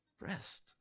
rest